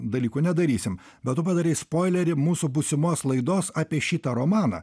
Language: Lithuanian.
dalykų nedarysim bet tu padarei spoilerį mūsų būsimos laidos apie šitą romaną